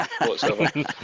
whatsoever